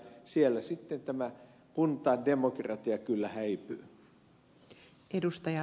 siellä sitten tämä kuntademokratia kyllä häipyy